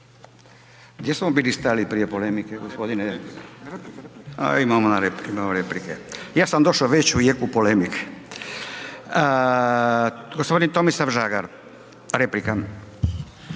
gdje smo bili stali prije polemike gospodine, a imamo replike. Ja sam došo već u jeku polemike. Gospodin Tomislav Žagar, replika.